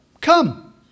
Come